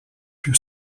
più